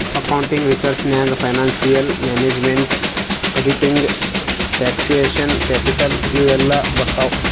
accounting research ನಾಗ್ financial management, auditing, taxation, capital ಇವು ಎಲ್ಲಾ ಬರ್ತಾವ್